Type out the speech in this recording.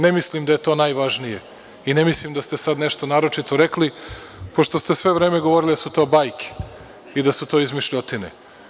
Ne mislim da je to najvažnije i ne mislim da ste sada nešto sad naročito rekli, pošto ste sve vreme govorili da su to bajke i da su to izmišljotine.